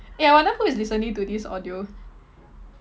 eh I wonder who is listening to this audio